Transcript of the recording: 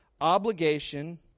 obligation